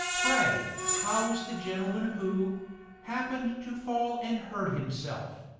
pray, how is the gentleman who happened to fall and hurt himself,